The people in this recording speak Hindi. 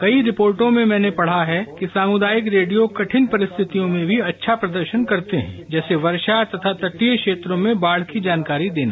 कई रिपोर्टो में मैंने पढा है कि सामुदायिक रेडियो कठिन परिस्थितियों में भी अच्छा प्रदर्शन करते हैं जैसे वर्षा तथा तटीय क्षेत्रों में बाढ़ की जानकारी देना